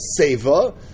seva